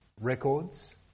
records